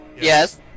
Yes